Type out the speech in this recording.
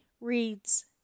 reads